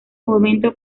fomento